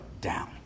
down